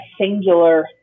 singular